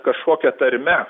kažkokia tarme